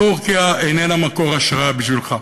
טורקיה איננה מקור השראה בשבילך,